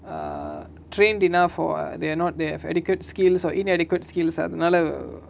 err train dinner for they are not they have adequate skills or inadequate skills அதனால:athanala